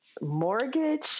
mortgage